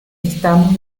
estamos